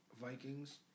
Vikings